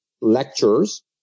lectures